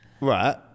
Right